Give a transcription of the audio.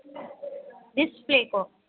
डिसप्लेको